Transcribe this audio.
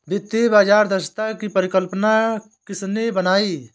वित्तीय बाजार दक्षता की परिकल्पना किसने बनाई?